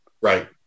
Right